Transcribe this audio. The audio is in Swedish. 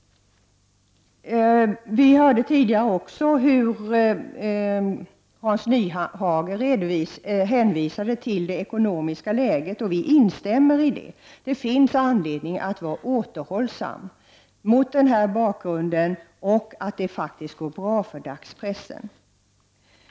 Vi hörde tidigare hur Hans Nyhage hänvisade till det ekonomiska läget, och vi instämmer i det som han sade. Det finns anledning att vara återhåll sam, mot den bakgrund som jag har beskrivit och att det faktiskt går bra för dagspressen.